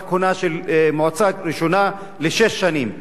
הכהונה של מועצה ראשונה לשש שנים.